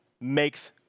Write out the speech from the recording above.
makes